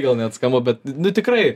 gal net skamba bet tikrai